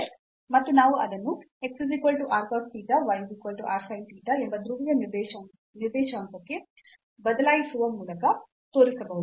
ಮತ್ತು ನಾವು ಅದನ್ನು x r cos theta y r sin theta ಎಂಬ ಧ್ರುವೀಯ ನಿರ್ದೇಶಾಂಕಕ್ಕೆ ಬದಲಾಯಿಸುವ ಮೂಲಕ ತೋರಿಸಬಹುದು